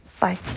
Bye